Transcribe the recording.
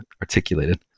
articulated